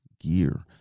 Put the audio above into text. gear